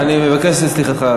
אני מבקש את סליחתך.